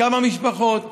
כמה משפחות,